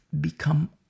become